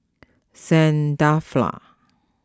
Saint Dalfour